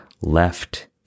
left